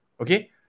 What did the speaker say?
okay